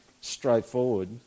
straightforward